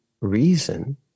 reason